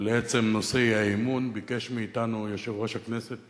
ולעצם נושא האי-אמון, ביקש מאתנו יושב-ראש הכנסת